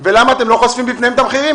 למה אתם לא חושפים בפניהם את המחירים?